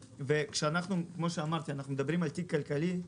זה תיק כלכלי,